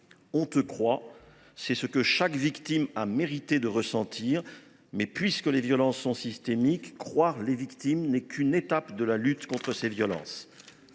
On te croit »: c’est ce que chaque victime mérite de ressentir. Mais puisque les violences sont systémiques, croire les victimes n’est qu’une étape de la lutte contre ces violences.